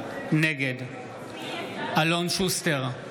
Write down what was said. נגד אלון שוסטר,